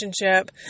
relationship